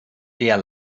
der